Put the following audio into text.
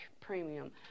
premium